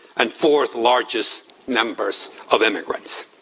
and fourth largest numbers of immigrants.